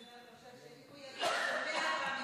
הוא משתדל,